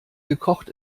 gekocht